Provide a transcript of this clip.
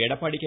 Edappadi K